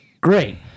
great